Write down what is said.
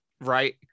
right